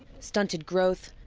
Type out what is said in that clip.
stunted growth,